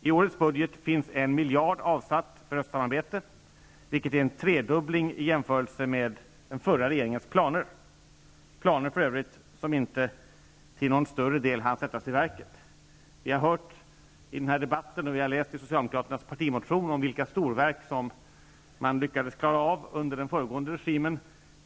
I årets budget finns en miljard avsatt för östsamarbete, vilket är en tredubbling i jämförelse med den förra regeringens planer. Det var för övrigt planer som inte till någon större del hann sättas i verket. Vi har hört i den här debatten och vi har läst i socialdemokraternas partimotion om vilka storverk man lyckades klara av under den föregående regimen.